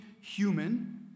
human